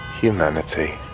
Humanity